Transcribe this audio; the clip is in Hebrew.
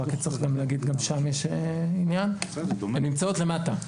כי גם שם יש עניין - הן נמצאות למטה,